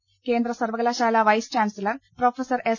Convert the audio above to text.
ക്ന്ദ്രസർവക ലാശാല vice chancellor professor S